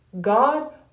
God